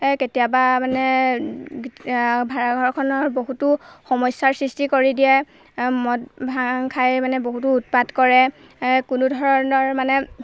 কেতিয়াবা মানে ভাড়াঘৰখনৰ বহুতো সমস্যাৰ সৃষ্টি কৰি দিয়ে মদ ভাং খাই মানে বহুতো উৎপাত কৰে কোনো ধৰণৰ মানে